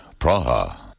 Praha